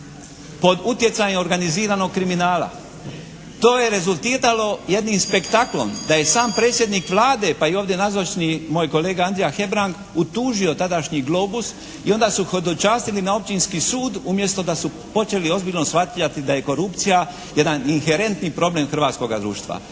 pod utjecajem organiziranog kriminala. To je rezultiralo jednim spektaklom da je sam predsjednik Vlade pa i ovdje nazočni moj kolega Andrija Hebrang utužio tadašnji "Globus" i onda su hodočastili na Općinski sud umjesto da su počeli ozbiljno shvaćati da je korupcija jedan inherentni problem hrvatskoga društva.